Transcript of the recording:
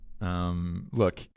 Look